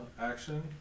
action